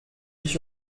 ich